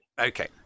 okay